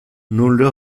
nulle